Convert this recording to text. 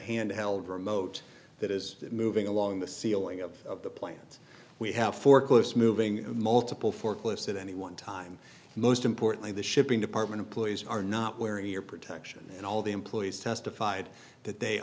handheld remote that is moving along the ceiling of the plant we have for close moving multiple forklift at any one time and most importantly the shipping department employees are not wearing ear protection and all the employees testified that they